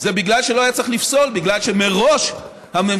זה מכיוון שלא היה צריך לפסול בגלל שמראש הממשלה